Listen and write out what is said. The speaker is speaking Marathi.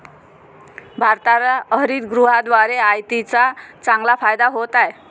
भारताला हरितगृहाद्वारे आयातीचा चांगला फायदा होत आहे